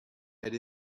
elle